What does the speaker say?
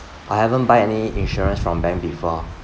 I haven't buy any insurance from bank before